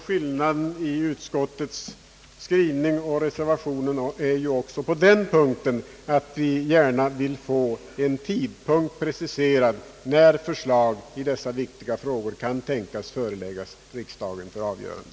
Skillnaden mellan utskottets skrivning och reservationen är att vi gärna vill få en tidpunkt preciserad när förslag i dessa viktiga frågor kan tänkas föreläggas riksdagen för avgörande.